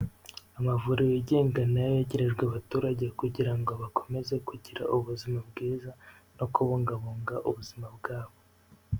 Amavuriro yigenga nayo yegerejwe abaturage kugira ngo bakomeze kugira ubuzima bwiza, no kubungabunga ubuzima bwabo.